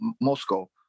Moscow